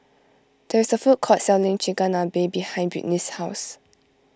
there is a food court selling Chigenabe behind Britny's house